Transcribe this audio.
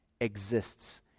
exists